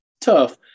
tough